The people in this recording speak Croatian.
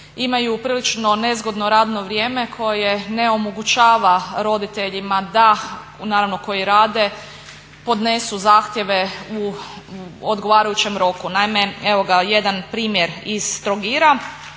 imaju prilično nezgodno radno vrijeme koje ne omogućava roditeljima da, naravno koji rade, podnesu zahtjeve u odgovarajućem roku. Naime, evo ga jedan primjer iz Trogira.